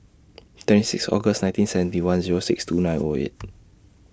twenty six August nineteen seventy one Zero six two nine O eight